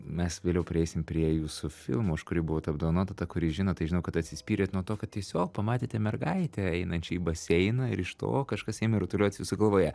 mes vėliau prieisim prie jūsų filmo už kurį buvot apdovanota ta kuri žino tai žinau kad atsispyrėt nuo to kad tiesiog pamatėte mergaitę einančią į baseiną ir iš to kažkas ėmė rutuliotis jūsų galvoje